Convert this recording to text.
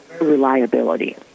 reliability